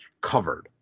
covered